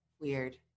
Weird